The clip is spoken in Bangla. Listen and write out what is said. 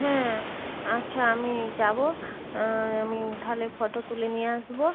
হ্যাঁ আচ্ছা আমি যাব আমি তাহলে ফটো তুলে নিয়ে আসবো